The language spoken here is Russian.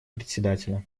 председателя